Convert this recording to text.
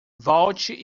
volte